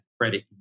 credit